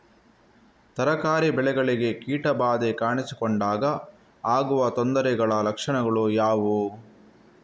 ತರಕಾರಿ ಬೆಳೆಗಳಿಗೆ ಕೀಟ ಬಾಧೆ ಕಾಣಿಸಿಕೊಂಡಾಗ ಆಗುವ ತೊಂದರೆಗಳ ಲಕ್ಷಣಗಳು ಯಾವುವು?